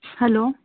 hello